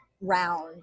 round